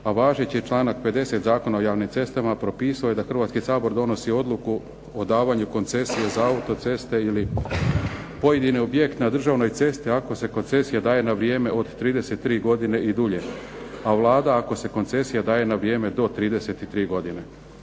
a važeći je članak 50. Zakona o javnim cestama propisao je da Hrvatski sabor donosi odluku o davanju koncesije za autoceste ili pojedini objekt na državnoj cesti ako se koncesija daje na vrijeme od 33 godine i dulje, a Vlada, ako se koncesija na vrijeme do 33 godine.